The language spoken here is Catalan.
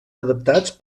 adaptats